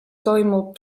toimub